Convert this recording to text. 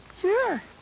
Sure